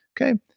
okay